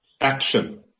Action